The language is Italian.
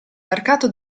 mercato